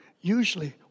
usually